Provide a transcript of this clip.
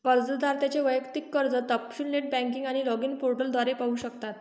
कर्जदार त्यांचे वैयक्तिक कर्ज तपशील नेट बँकिंग आणि लॉगिन पोर्टल द्वारे पाहू शकतात